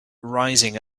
rising